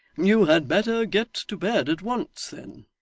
you had better get to bed at once then